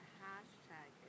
hashtag